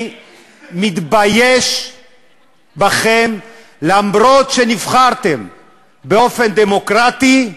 אני מתבייש בכם אף-על-פי שנבחרתם באופן דמוקרטי.